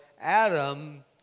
Adam